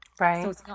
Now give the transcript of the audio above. Right